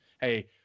Hey